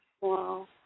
Wow